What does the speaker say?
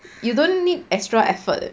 you don't need extra effort